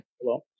Hello